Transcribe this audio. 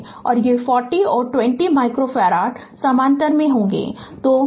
तो वह 40 और 20 माइक्रोफ़ारड समानांतर में कब होंगे